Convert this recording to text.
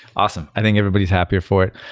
awesome. i think everybody's happier for it.